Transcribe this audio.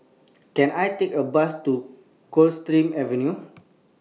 Can I Take A Bus to Coldstream Avenue